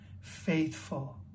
faithful